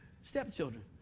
Stepchildren